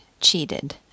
cheated